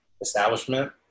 establishment